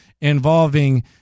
involving